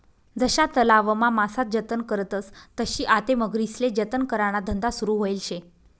जशा तलावमा मासा जतन करतस तशी आते मगरीस्ले जतन कराना धंदा सुरू व्हयेल शे